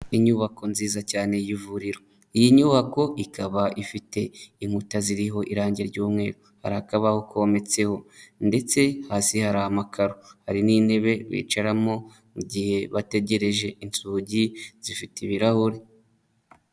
Inyubako nziza cyane y'ivuriro, iyi nyubako ikaba ifite inkuta ziriho irangi ry'umye hari akabaho kometseho ndetse hasi hari amakaro hari n'intebe bicaramo mu gihe bategereje, inzugi zifite ibirahuri.